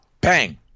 Bang